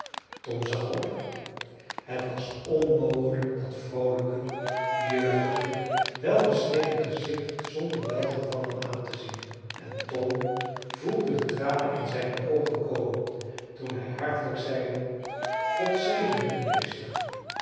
tom zag op het was onmogelijk dat vroolijke jeugdige wel besneden gezicht zonder welgevallen aan te zien en tom voelde de tranen in zijne oogen komen toen hij hartelijk zeide god zegene u meester